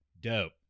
dope